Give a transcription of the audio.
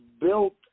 built